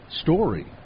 story